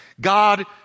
God